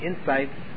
insights